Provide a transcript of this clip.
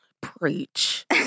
Preach